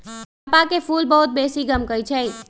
चंपा के फूल बहुत बेशी गमकै छइ